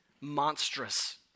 monstrous